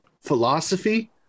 philosophy